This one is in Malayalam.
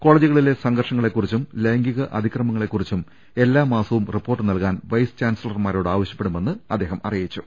കോളജു കളിലെ സംഘർഷങ്ങളെ കുറിച്ചും ലൈംഗിക അതിക്രമങ്ങളെ കുറിച്ചും എല്ലാ മാസവും റിപ്പോർട്ട് നൽകാൻ വൈസ് ചാൻസലർമാ രോട് ആവശ്യപ്പെടുമെന്നും അദ്ദേഹം അറിയിച്ചു